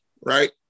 right